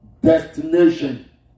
destination